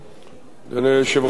אדוני היושב-ראש, חברי הכנסת,